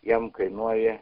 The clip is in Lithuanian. jam kainuoja